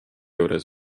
juures